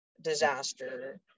disaster